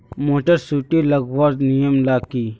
Motor सुटी लगवार नियम ला की?